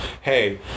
hey